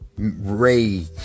rage